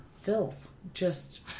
filth—just